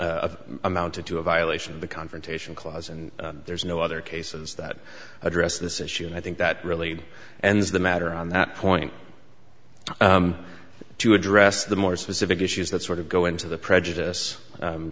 were amounted to a violation of the confrontation clause and there's no other cases that address this issue and i think that really and is the matter on that point to address the more specific issues that sort of go into the prejudice